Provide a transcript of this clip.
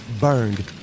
burned